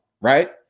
right